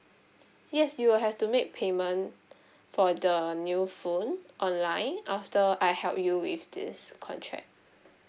yes you will have to make payment for the new phone online after I help you with this contract